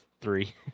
three